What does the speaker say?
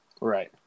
Right